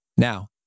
Now